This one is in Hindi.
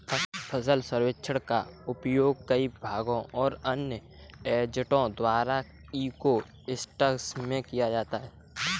फसल सर्वेक्षण का उपयोग कई विभागों और अन्य एजेंटों द्वारा इको सिस्टम में किया जा सकता है